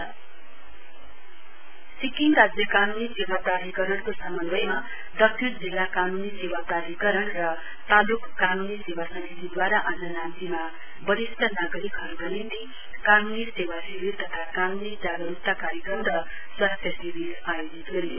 legal service camp Sikkim राज्य कानूनी सैवा प्राधिकरणको सम्न्वयमा दक्षिण जिल्ला कान्नी सेवा प्राधिकरण र ताल्क कान्नी सेवा समितिद्वारा आज नाम्चीमा वरिष्ट नागरिकहरुका निम्ति कानूनी सेवा शिविर तथा कानूनी जागरुकता कार्यक्रम र स्वास्थ्य शिविर आयोजित गरियो